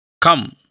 Come